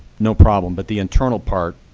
no problem, but the internal part,